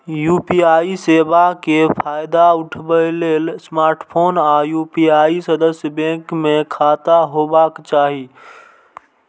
UPI सेवा के फायदा उठबै लेल स्मार्टफोन आ यू.पी.आई सदस्य बैंक मे खाता होबाक चाही